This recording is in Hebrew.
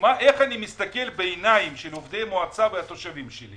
איך אני מסתכל בעיניים של עובדי מועצה והתושבים שלי